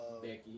becky